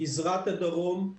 גזרת הדרום,